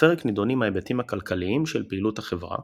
בפרק נידונים ההיבטים הכלכליים של פעילות "החברה",